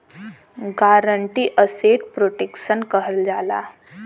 guarantee asset protection कहल जाला